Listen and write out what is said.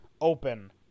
open